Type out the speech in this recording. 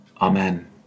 Amen